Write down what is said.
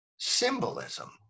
symbolism